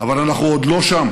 אבל אנחנו עוד לא שם.